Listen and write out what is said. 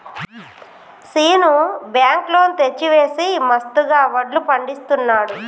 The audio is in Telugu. శీను బ్యాంకు లోన్ తెచ్చి వేసి మస్తుగా వడ్లు పండిస్తున్నాడు